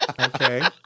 Okay